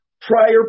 Prior